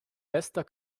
bester